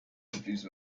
confused